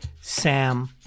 Sam